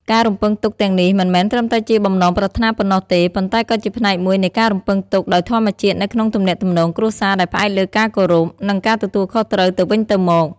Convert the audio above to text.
ការរំពឹងទុកទាំងនេះមិនមែនត្រឹមតែជាបំណងប្រាថ្នាប៉ុណ្ណោះទេ ប៉ុន្តែក៏ជាផ្នែកមួយនៃការរំពឹងទុកដោយធម្មជាតិនៅក្នុងទំនាក់ទំនងគ្រួសារដែលផ្អែកលើការគោរព និងការទទួលខុសត្រូវទៅវិញទៅមក។